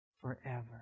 forever